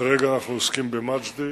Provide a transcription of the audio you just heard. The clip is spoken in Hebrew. כרגע אנחנו עוסקים במג'די.